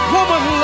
Woman